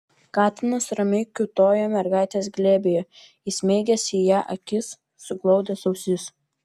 katinas ramiai kiūtojo mergaitės glėbyje įsmeigęs į ją akis suglaudęs ausis